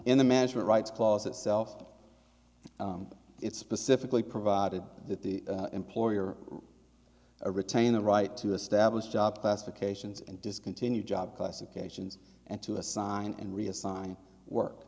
in the management rights clause itself it's specifically provided that the employer retain the right to establish job classifications and discontinue job classifications and to assign and reassign work